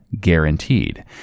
guaranteed